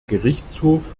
gerichtshof